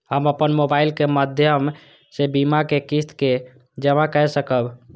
हम अपन मोबाइल के माध्यम से बीमा के किस्त के जमा कै सकब?